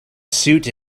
suit